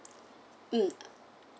mm